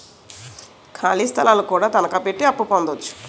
ఖాళీ స్థలాలు కూడా తనకాపెట్టి అప్పు పొందొచ్చు